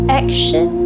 action